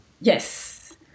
Yes